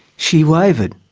she wavered,